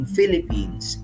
Philippines